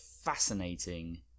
fascinating